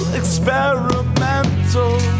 experimental